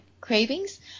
cravings